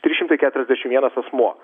trys šimtai keturiasdešimt vienas asmuo